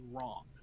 wrong